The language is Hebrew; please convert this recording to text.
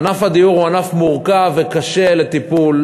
ענף הדיור הוא ענף מורכב וקשה לטיפול.